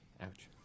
Ouch